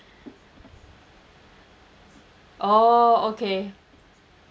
oh okay